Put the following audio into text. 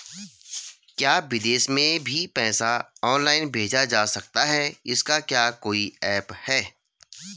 क्या विदेश में भी पैसा ऑनलाइन भेजा जा सकता है इसका क्या कोई ऐप है?